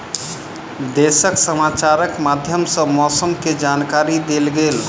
देशक समाचारक माध्यम सॅ मौसम के जानकारी देल गेल